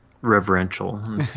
reverential